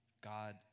God